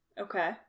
Okay